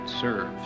serves